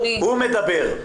הוא ידבר.